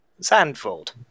Sandford